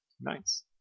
Nice